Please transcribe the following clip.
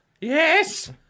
Yes